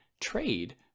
trade